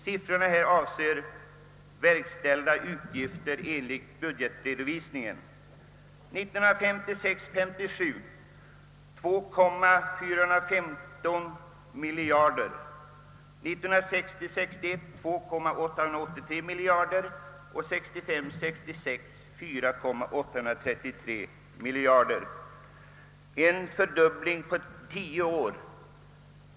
Siffrorna — summa driftoch kapitalbudget — avser utgifter enligt budgetredovisningen: alltså en fördubbling på 10 år.